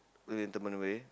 well interment way